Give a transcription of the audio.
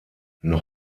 noch